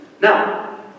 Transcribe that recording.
Now